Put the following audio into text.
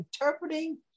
interpreting